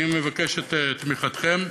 אני מבקש את תמיכתכם.